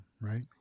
right